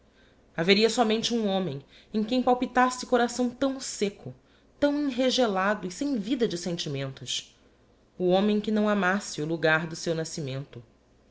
haveria somente digiti zedby google um homem em quem palpitasse coração tâo secco ião enregelado e sem vida de senlimentos o homem que nào amasse o logar do seu nascimento